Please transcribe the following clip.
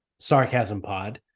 SarcasmPod